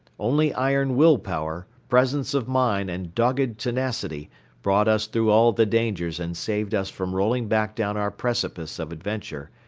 only iron will power, presence of mind and dogged tenacity brought us through all the dangers and saved us from rolling back down our precipice of adventure,